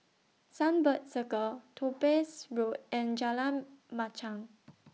Sunbird Circle Topaz Road and Jalan Machang